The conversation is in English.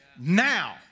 now